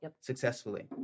successfully